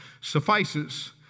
suffices